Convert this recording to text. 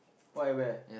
what at where